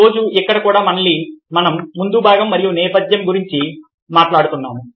ఈ రోజు ఇక్కడ కూడా మనం మళ్లీ ముందుభాగం మరియు నేపథ్యం గురించి మాట్లాడుతున్నాము